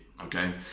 okay